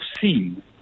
seen